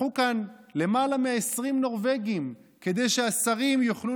לקחו כאן למעלה מ-20 נורבגים כדי שהשרים יוכלו